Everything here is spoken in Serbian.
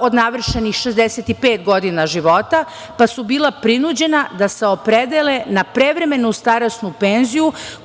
od navršenih 65 godina života, pa su bila prinuđena da se opredele na prevremenu starosnu penziju,